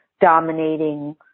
dominating